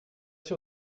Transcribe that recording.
sûr